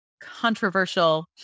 controversial